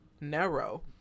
narrow